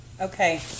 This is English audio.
Okay